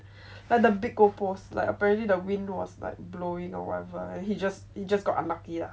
but the big goal post like apparently the wind was like blowing or whatever he just he just got unlucky lah